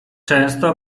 często